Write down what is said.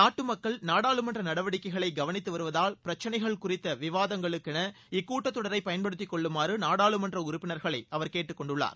நாட்டு மக்கள் நாடாளுமன்ற நடவடிக்கைகளை கவனித்து வருவதால் பிரச்சிளைகள் குறித்த விவாதங்களுக்கென இக்கூட்டத் தொடரை பயன்படுத்திக் கொள்ளுமாறு நாடாளுமன்ற உறுப்பினர்களை அவர் கேட்டுக் கொண்டுள்ளார்